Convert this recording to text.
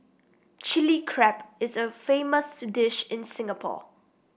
Chilli Crab is a famous dish in Singapore